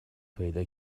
پیدا